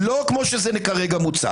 -- לא כמו שזה כרגע מוצג.